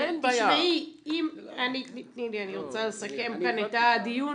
אני רוצה לסכם כאן את הדיון.